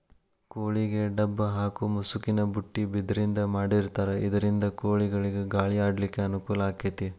ಕೋಳಿಗೆ ಡಬ್ಬ ಹಾಕು ಮುಸುಕಿನ ಬುಟ್ಟಿ ಬಿದಿರಿಂದ ಮಾಡಿರ್ತಾರ ಇದರಿಂದ ಕೋಳಿಗಳಿಗ ಗಾಳಿ ಆಡ್ಲಿಕ್ಕೆ ಅನುಕೂಲ ಆಕ್ಕೆತಿ